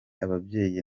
ababyeyi